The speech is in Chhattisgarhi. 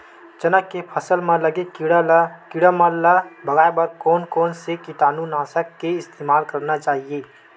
चना के फसल म लगे किड़ा मन ला भगाये बर कोन कोन से कीटानु नाशक के इस्तेमाल करना चाहि?